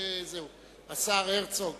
השר הרצוג,